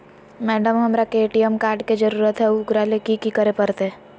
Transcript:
Madam, हमरा के ATM card के जरूरत है ऊकरा ले की की करे परते?